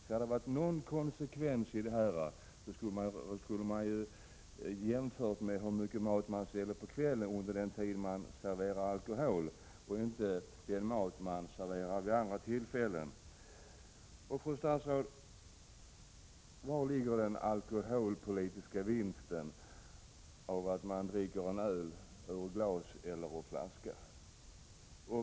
Skall det finnas någon konsekvens i de här bestämmelserna borde det vara den mat man serverar på kvällen, under den tid man serverar alkohol, som sätts i relation till omsättningen och inte den mat man serverar vid andra tillfällen. Och, fru statsråd, vari ligger den alkoholpolitiska vinsten med att man dricker en öl ur glas och inte ur flaskan?